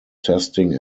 testing